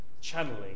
channeling